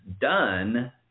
done